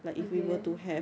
again